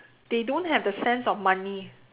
they don't have the sense of money